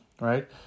right